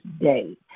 day